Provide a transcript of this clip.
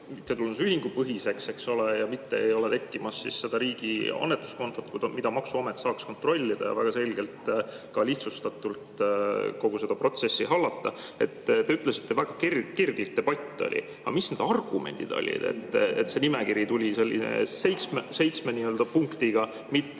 mittetulundusühingupõhiseks, eks ole, mitte ei ole tekkimas mingit riigi annetuskontot, mida maksuamet saaks kontrollida ning samas väga selgelt ja lihtsustatult kogu seda protsessi hallata. Te ütlesite, et väga kirglik debatt oli. Aga mis need argumendid olid, et see nimekiri tuli seitsme punktiga, mitte